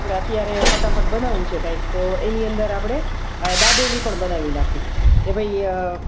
કે ભાઈ અત્યારે ફટાફટ બનાવવું છે કંઈક તો એની અંદર આપણે દાબેલી પણ બનાવી નાખીએ કે ભઈ